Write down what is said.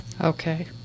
Okay